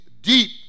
deep